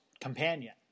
companion